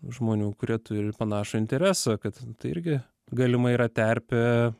žmonių kurie turi panašų interesą kad tai irgi galimai yra terpė